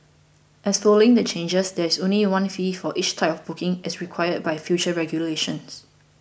as following the changes there is only one fee for each type of booking as required by future regulations